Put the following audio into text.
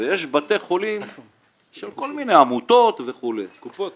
ויש בתי חולים של כל מיני עמותות, קופות